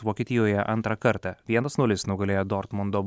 vokietijoje antrą kartą vienas nulis nugalėjo dortmundo